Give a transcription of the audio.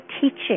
teaching